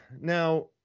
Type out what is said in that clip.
Now